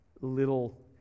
little